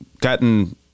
gotten